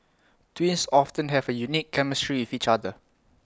twins often have A unique chemistry with each other